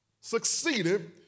succeeded